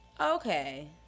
okay